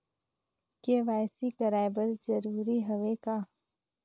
KYC कराय बर जरूरी हवे का?